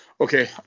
Okay